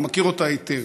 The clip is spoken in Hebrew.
הוא מכיר אותה היטב.